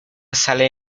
sale